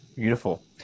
Beautiful